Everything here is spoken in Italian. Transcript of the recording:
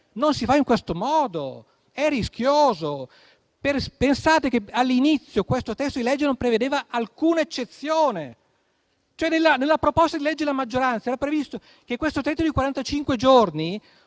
non in questo modo, poiché è rischioso. Pensate che all'inizio questo testo di legge non prevedeva alcuna eccezione. Nella proposta di legge della maggioranza era cioè previsto che questo tetto di